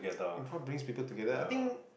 what brings people together I think